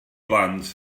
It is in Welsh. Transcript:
blant